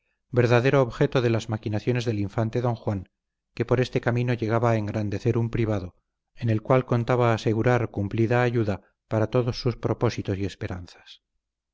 verdadero objeto de las maquinaciones del infante don juan que por este camino llegaba a engrandecer un privado en el cual contaba asegurar cumplida ayuda para todos sus propósitos y esperanzas